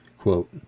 quote